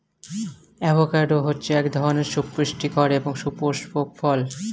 avocado হচ্ছে এক ধরনের সুপুস্টিকর এবং সুপুস্পক ফল